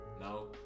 No